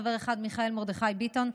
חבר אחד: מיכאל מרדכי ביטון,